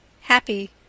Happy